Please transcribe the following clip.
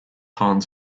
hans